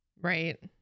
right